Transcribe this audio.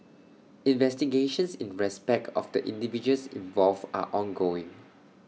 investigations in respect of the individuals involved are ongoing